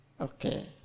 Okay